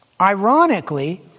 Ironically